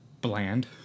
bland